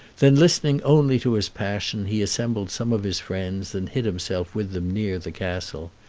then, listening only to his passion, he assembled some of his friends, and hid himself with them near the castle.